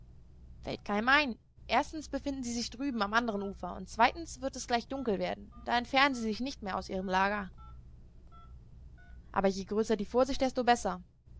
fällt keinem ein erstens befinden sie sich drüben am andern ufer und zweitens wird es gleich dunkel werden da entfernen sie sich nicht mehr aus ihrem lager aber je größer die vorsicht desto besser